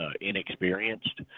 inexperienced